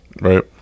right